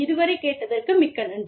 இது வரை கேட்டதற்கு மிக்க நன்றி